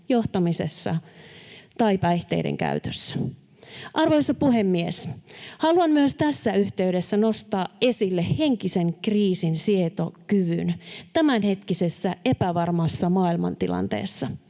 johtamisessa tai päihteiden käytössä. Arvoisa puhemies! Haluan myös tässä yhteydessä nostaa esille henkisen kriisinsietokyvyn tämänhetkisessä epävarmassa maailmantilanteessa.